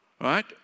Right